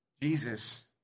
Jesus